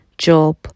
job